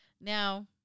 Now